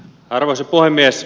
arvoisa puhemies